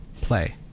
play